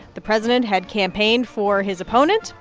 the president had campaigned for his opponent,